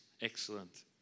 excellent